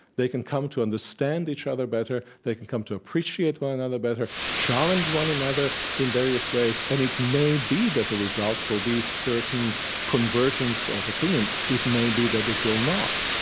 they can come to understand each other better, they can come to appreciate one another better, challenge one another in various ways and it may be that the result will be certain convergence of opinions. it may be that it will not.